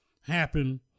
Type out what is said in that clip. happen